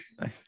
Nice